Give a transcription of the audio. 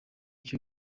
cyo